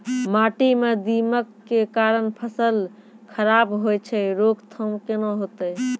माटी म दीमक के कारण फसल खराब होय छै, रोकथाम केना होतै?